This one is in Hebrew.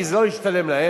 כי זה לא משתלם להם,